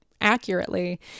accurately